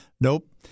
Nope